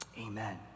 Amen